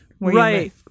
Right